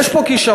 יש פה כישרון.